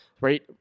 right